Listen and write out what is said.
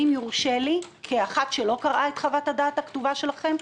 אם יורשה לי לומר כאחת שלא קראה את חוות הדעת הכתובה שלכם,